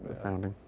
ah founding.